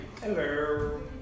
hello